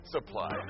Supply